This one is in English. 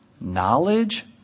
knowledge